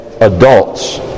adults